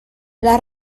las